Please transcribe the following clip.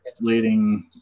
leading